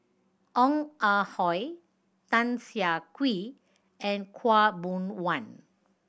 Ong Ah Hoi Tan Siah Kwee and Khaw Boon Wan